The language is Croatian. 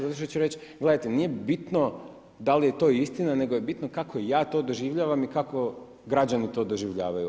Zato što će reći, gledajte, nije bitno da li je to istina, nego je bitno kako ja to doživljavam i kako građani to doživljavaju.